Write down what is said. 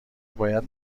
باید